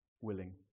willing